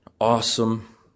awesome